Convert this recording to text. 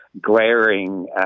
glaring